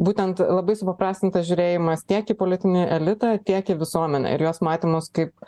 būtent labai supaprastintas žiūrėjimas tiek į politinį elitą tiek į visuomenę ir jos matymus kaip